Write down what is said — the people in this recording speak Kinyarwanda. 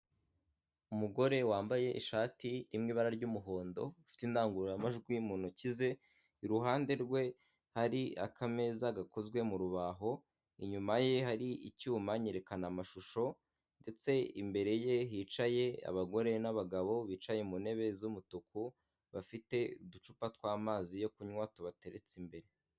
Umugore wambaye ishati iri mu ibara ry'umuhondo ufite indangururamajwi mu ntoki ze, iruhande rwe hari akameza gakozwe mu rubaho, inyuma ye hari icyuma nyerekanamashusho ndetse imbere ye hicaye abagore n'abagabo bicaye mu ntebe z'umutuku bafite uducupa tw'amazi yo kunywa tubateretse imbere.